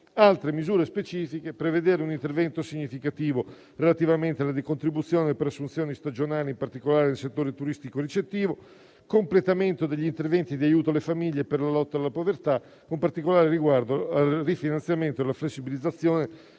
altre misure specifiche. Bisogna prevedere un intervento significativo relativamente alla decontribuzione per assunzioni stagionali in particolare nel settore turistico ricettivo; un completamento degli interventi di aiuto alle famiglie per la lotta alla povertà, con particolare riguardo al rifinanziamento della flessibilizzazione